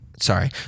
Sorry